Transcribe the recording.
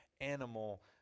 animal